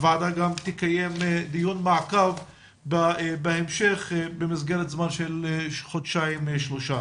הוועדה תקיים דיון מעקב בהמשך במסגרת זמן של חודשיים-שלושה.